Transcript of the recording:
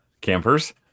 campers